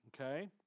Okay